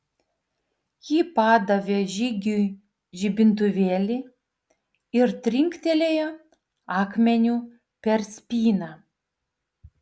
ji padavė žygiui žibintuvėlį ir trinktelėjo akmeniu per spyną